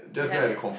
you have h~